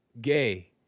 gay